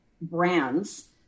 brands